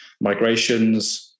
migrations